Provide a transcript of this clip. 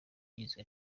igizwe